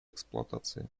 эксплуатации